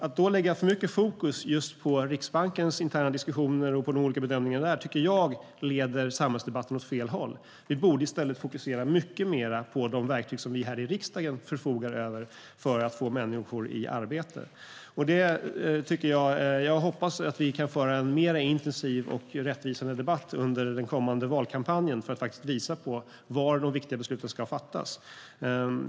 Att då lägga för mycket fokus på Riksbankens interna diskussioner och deras olika bedömningar tycker jag leder samhällsdebatten åt fel håll. Vi borde i stället fokusera mycket mer på de verktyg som vi i riksdagen förfogar över för att få människor i arbete. Jag hoppas att vi kan föra en mer intensiv och mer rättvisande debatt under den kommande valkampanjen för att visa var de viktiga besluten ska fattas.